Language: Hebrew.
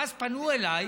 ואז פנו אליי